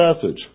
passage